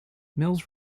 mills